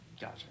Gotcha